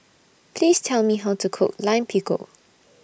Please Tell Me How to Cook Lime Pickle